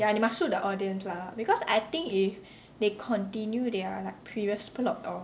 ya they must suit the audience lah because I think if they continue their like previous plot of